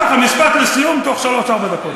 משפט לסיום בתוך שלוש-ארבע דקות.